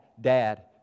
dad